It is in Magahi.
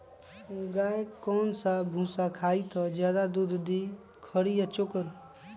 गाय कौन सा भूसा खाई त ज्यादा दूध दी खरी या चोकर?